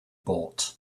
bought